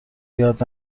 یاد